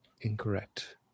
Incorrect